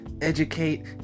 educate